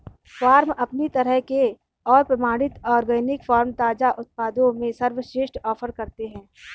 farm अपनी तरह के और प्रमाणित ऑर्गेनिक फ़ार्म ताज़ा उत्पादों में सर्वश्रेष्ठ ऑफ़र करते है